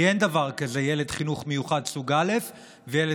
כי אין דבר כזה ילד חינוך מיוחד סוג א' וילד